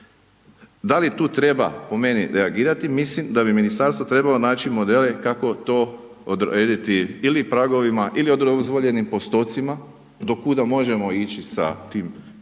Da li tu treba po meni reagirati mislim da bi ministarstvo trebalo naći modele kako to odrediti ili pragovima ili u dozvoljenim postocima do kuda možemo ići sa tim cijenama